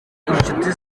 inshuti